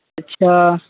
अच्छा